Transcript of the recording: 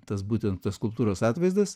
tas būtent tas skulptūros atvaizdas